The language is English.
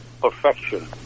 perfection